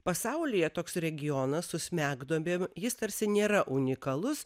pasaulyje toks regionas su smegduobe va jis tarsi nėra unikalus